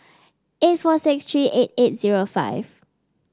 eight four six three eight eight zero five